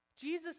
Jesus